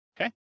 Okay